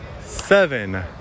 seven